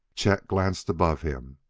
chet glanced above him.